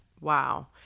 Wow